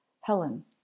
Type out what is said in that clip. Helen